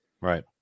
Right